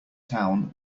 town